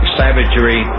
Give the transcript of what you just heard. savagery